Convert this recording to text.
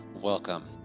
Welcome